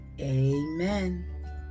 Amen